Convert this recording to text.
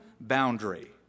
boundary